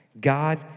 God